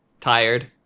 tired